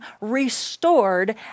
restored